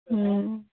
हुँ